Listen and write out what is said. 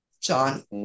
John